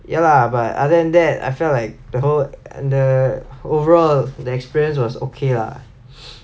ya lah but other than that I felt like the whole the overall the experience was okay lah